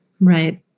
Right